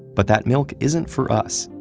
but that milk isn't for us.